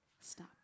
Stop